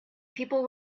people